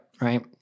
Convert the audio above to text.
right